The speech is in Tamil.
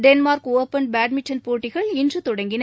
டென்மார்க் ஒபன் பேட்மின்டன் போட்டிகள் இன்று தொடங்கின